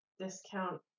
discount